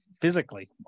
physically